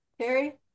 Carrie